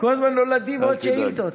כל הזמן נולדות עוד שאילתות.